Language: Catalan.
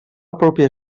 pròpia